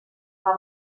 una